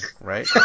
right